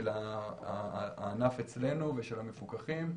הענף אצלנו ושל המפוקחים,